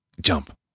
jump